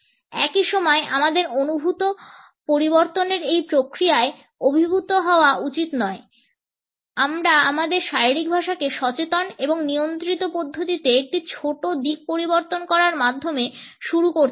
একই সময়ে আমাদের অনুভূত পরিবর্তনের এই প্রক্রিয়ায় অভিভূত হওয়া উচিত নয় আমরা আমাদের শারীরিক ভাষাকে সচেতন এবং নিয়ন্ত্রিত পদ্ধতিতে একটি ছোট দিক পরিবর্তন করার মাধ্যমে শুরু করতে পারি